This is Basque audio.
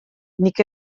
nik